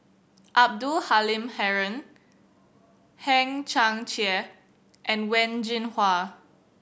Abdul Halim Haron Hang Chang Chieh and Wen Jinhua